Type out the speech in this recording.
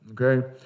Okay